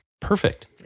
perfect